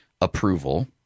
approval –